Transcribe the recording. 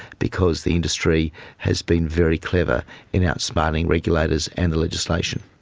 because the industry has been very clever in outsmarting regulators and the legislation.